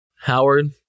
Howard